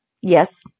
Yes